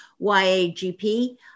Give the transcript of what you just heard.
YAGP